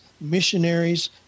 missionaries